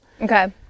Okay